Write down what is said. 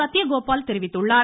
சத்திய கோபால் தெரிவித்துள்ளார்